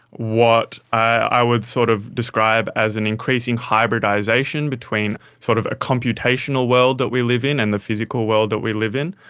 what i would sort of describe as an increasing hybridisation between sort of a computational world that we live in and the physical world that we live in,